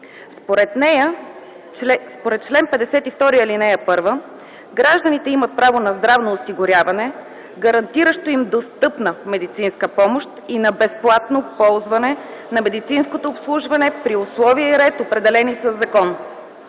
Според чл. 52, ал. 1 гражданите имат право на здравно осигуряване, гарантиращо им достъпна медицинска помощ и безплатно ползване на медицинското обслужване при условия и ред, определени със закон.